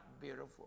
beautiful